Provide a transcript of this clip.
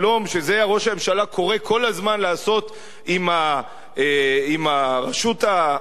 שזה ראש הממשלה קורא כל הזמן לעשות עם הרשות הפלסטינית,